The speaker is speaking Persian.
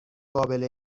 قابل